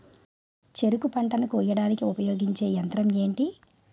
చెరుకు పంట కోయడానికి ఉపయోగించే యంత్రం ఎంటి?